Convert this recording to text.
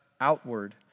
outward